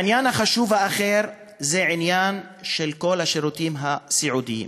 העניין החשוב האחר זה עניין של כל השירותים הסיעודיים.